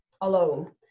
alone